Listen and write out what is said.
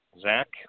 Zach